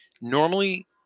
normally